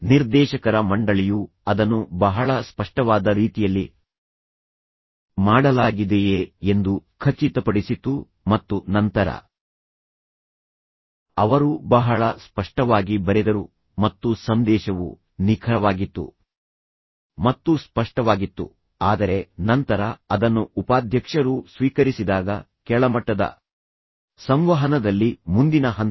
ನಿರ್ದೇಶಕರ ಮಂಡಳಿಯು ಅದನ್ನು ಬಹಳ ಸ್ಪಷ್ಟವಾದ ರೀತಿಯಲ್ಲಿ ಮಾಡಲಾಗಿದೆಯೆ ಎಂದು ಖಚಿತಪಡಿಸಿತು ಮತ್ತು ನಂತರ ಅವರು ಬಹಳ ಸ್ಪಷ್ಟವಾಗಿ ಬರೆದರು ಮತ್ತು ಸಂದೇಶವು ನಿಖರವಾಗಿತ್ತು ಮತ್ತು ಸ್ಪಷ್ಟವಾಗಿತ್ತು ಆದರೆ ನಂತರ ಅದನ್ನು ಉಪಾಧ್ಯಕ್ಷರು ಸ್ವೀಕರಿಸಿದಾಗ ಕೆಳಮಟ್ಟದ ಸಂವಹನದಲ್ಲಿ ಮುಂದಿನ ಹಂತ